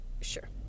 sure